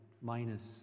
minus